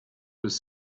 was